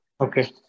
Okay